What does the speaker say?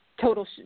total